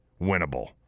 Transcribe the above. winnable